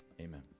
Amen